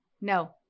No